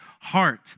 heart